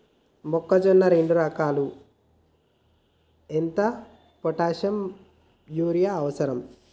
మొక్కజొన్న రెండు ఎకరాలకు ఎంత పొటాషియం యూరియా అవసరం?